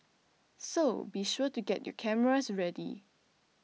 so be sure to get your cameras ready